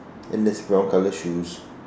and there's brown colour shoes